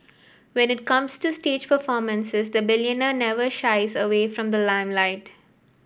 when it comes to stage performances the billionaire never shies away from the limelight